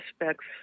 aspects